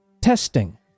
testing